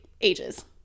ages